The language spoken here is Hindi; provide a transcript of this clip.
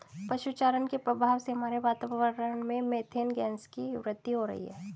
पशु चारण के प्रभाव से हमारे वातावरण में मेथेन गैस की वृद्धि हो रही है